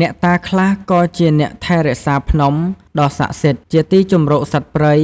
អ្នកតាខ្លះក៏ជាអ្នកថែរក្សាភ្នំ ដ៏ស័ក្ដិសិទ្ធិ ជាទីជម្រកសត្វព្រៃ